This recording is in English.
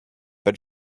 but